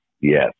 Yes